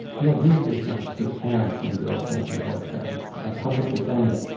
we had visitors' nights with parents and girlfriends and boyfriends a public defender.